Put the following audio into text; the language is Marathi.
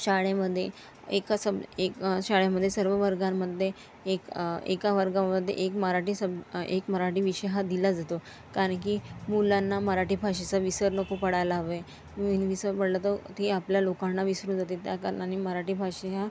शाळेमध्ये एका सब एक शाळेमध्ये सर्व वर्गांमध्ये एक एका वर्गामध्ये एक मराठी सब एक मराठी विषय हा दिला जतो कारण की मुलांना मराठी भाषेचा विसर नको पडायला हवे मीनी विसर पडला तर ती आपल्या लोकांना विसरून जाते त्या कारणाने मराठी भाषा ह्या